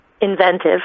Inventive